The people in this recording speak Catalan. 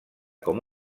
com